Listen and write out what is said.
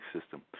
system